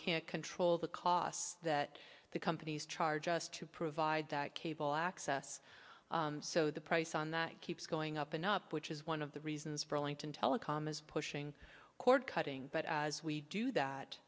can't control the costs that the companies charge us to provide cable access so the price on that keeps going up and up which is one of the reasons for linked in telecom is pushing cord cutting but as we do that